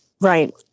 Right